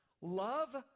Love